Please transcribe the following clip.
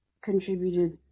contributed